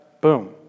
Boom